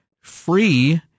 free